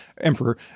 emperor